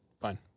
Fine